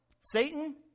satan